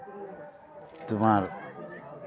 ᱛᱳᱢᱟᱨ